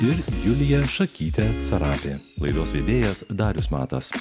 ir julija šakytė sarapė laidos vedėjas darius matas